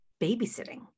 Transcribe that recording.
babysitting